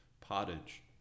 pottage